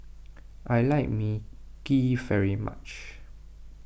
I like Mui Kee very much